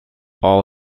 all